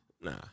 Nah